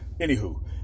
Anywho